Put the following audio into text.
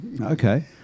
Okay